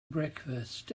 breakfast